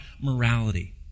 morality